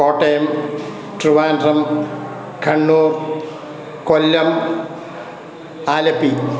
Kottayam Trivandrum Kannur Kollam Alleppey